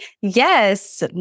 Yes